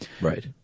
Right